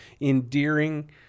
endearing